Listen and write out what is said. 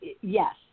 yes